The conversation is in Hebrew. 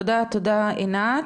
תודה רבה.